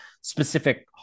specific